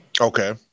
Okay